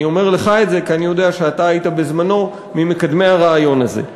אני אומר לך את זה כי אני יודע שהיית בזמנו ממקדמי הרעיון הזה.